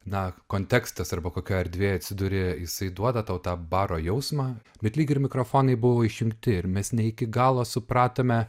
na kontekstas arba kokioj erdvėj atsiduri jisai duoda tau tą baro jausmą bet lyg ir mikrofonai buvo išjungti ir mes ne iki galo supratome